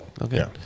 okay